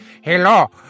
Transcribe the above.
Hello